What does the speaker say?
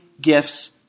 gifts